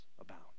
abound